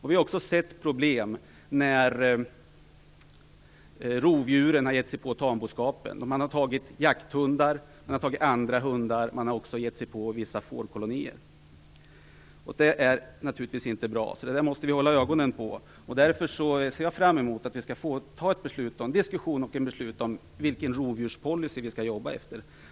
Vi har också sett problem när rovdjuren har gett sig på tamboskapen. De har tagit jakthundar, andra hundar och de har också gett sig på vissa fårkolonier. Det är naturligtvis inte bra, och det måste vi hålla ögonen på. Därför ser jag fram emot att vi får en diskussion och här i riksdagen fattar ett beslut om vilken djurpolicy vi skall jobba efter.